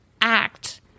act